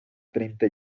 treinta